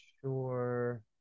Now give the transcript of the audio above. sure